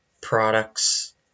products